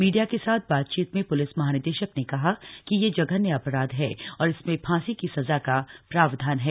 media के साथ बातचीत में प्लिस महानिदेशक ने कहा कि यह जघन्य अपराध है और इसमें फांसी की सजा का प्रावधान है